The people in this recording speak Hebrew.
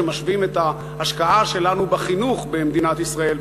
שמשווים את ההשקעה שלנו בחינוך במדינת ישראל,